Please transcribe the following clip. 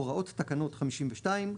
הוראות תקנות 52,